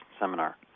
seminar